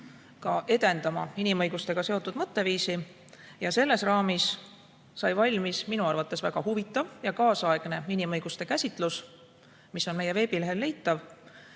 ka edendama inimõigustega seotud mõtteviisi. Ja selles raamis sai valmis minu arvates väga huvitav ja tänapäevane inimõiguste käsitlus, mis on meie veebilehel leitav.